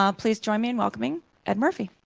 um please join me in welcoming ed murphy.